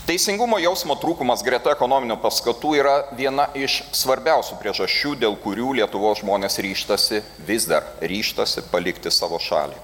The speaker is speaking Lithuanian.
teisingumo jausmo trūkumas greta ekonominių paskatų yra viena iš svarbiausių priežasčių dėl kurių lietuvos žmonės ryžtasi vis dar ryžtasi palikti savo šalį